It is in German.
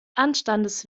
anstandes